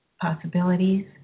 possibilities